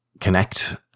Connect